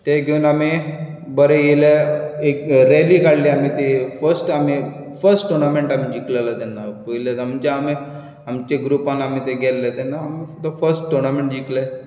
ते घेवन आमी बरे येयले एक रॅली काडली आमी ती फश्ट आमी फश्ट टुर्नामेंटान जिकलेलें तेन्ना पयलेच आमचे आमी आमचे ग्रुपान आमी ते गेल्ले तेन्ना आमी द फश्ट टुर्नामेंट जिंकले